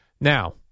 Now